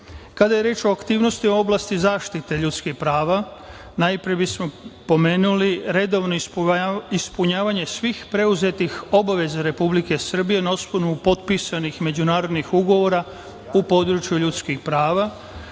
je reč o aktivnosti oblasti zaštite ljudskih prava najpre bismo pomenuli redovno ispunjavanje svih preuzetih obaveze Republike Srbije na osnovu potpisanih međunarodnih ugovora u području ljudskih prava